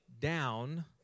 down